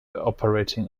operating